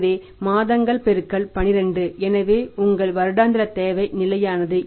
எனவே மாதங்கள் பெருக்கல் 12 எனவே உங்கள் வருடாந்திர தேவை நிலையானது